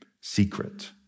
secret